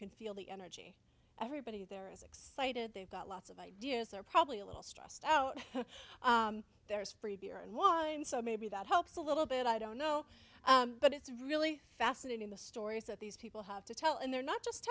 can feel the energy everybody there is excited they've got lots of ideas they're probably a little stressed out there's free beer and wine so maybe that helps a little bit i don't know but it's really fascinating the stories that these people have to tell and they're not just